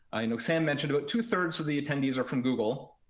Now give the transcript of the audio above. i know sam mentioned about two three of the attendees are from google.